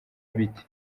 bite